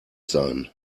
sein